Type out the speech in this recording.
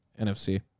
NFC